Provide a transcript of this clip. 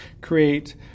create